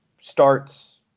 starts